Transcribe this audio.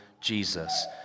Jesus